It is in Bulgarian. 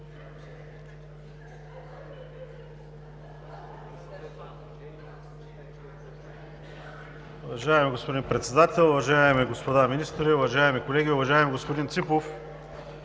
Уважаеми господин Председател, уважаеми господа министри, уважаеми колеги! Уважаеми господин Ципов,